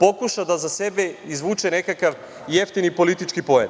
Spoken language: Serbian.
pokuša da za sebe izvuče nekakav jeftini politički poen.